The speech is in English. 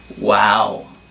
Wow